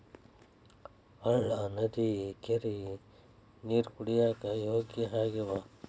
ಹಳ್ಳಾ ನದಿ ಕೆರಿ ನೇರ ಕುಡಿಯಾಕ ಯೋಗ್ಯ ಆಗ್ಯಾವ